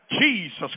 Jesus